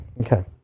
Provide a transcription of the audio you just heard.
Okay